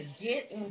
get